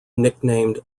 nicknamed